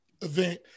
event